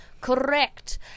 Correct